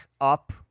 up